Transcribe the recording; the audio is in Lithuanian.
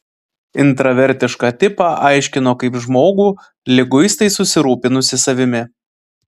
intravertišką tipą aiškino kaip žmogų liguistai susirūpinusį savimi